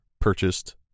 purchased